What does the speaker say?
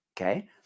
okay